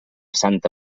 santa